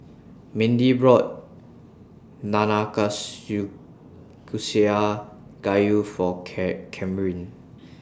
Mindy bought Nanakusa Gayu For Camryn